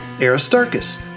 Aristarchus